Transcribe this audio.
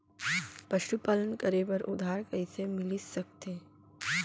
पशुपालन करे बर उधार कइसे मिलिस सकथे?